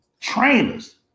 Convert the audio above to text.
trainers